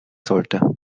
sollte